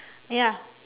ya